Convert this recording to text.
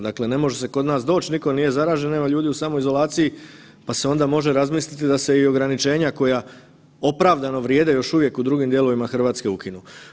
Dakle, ne može se kod nas doć, niko nije zaražen, evo ljudi u samoizolaciji, pa se onda može razmisliti da se i ograničenja koja opravdano vrijede još uvijek u drugim dijelovima RH, ukinu.